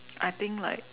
I think like